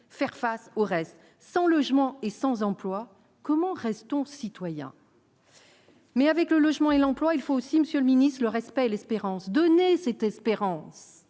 faire face au reste, sans logement et sans emploi comment restons citoyen. Mais avec le logement et l'emploi, il faut aussi Monsieur le Ministre, le respect, l'espérance donner cette espérance,